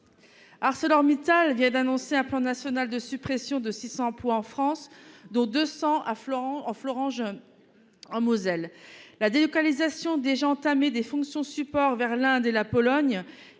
ArcelorMittal vient d'annoncer un plan national de suppression de 600 emplois en France, dont 200 en Florent-Jeune, en Moselle. La délocalisation des gens entamés des fonctions supports vers l'Inde et la Pologne